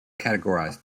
categorized